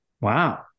Wow